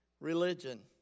religion